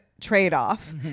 trade-off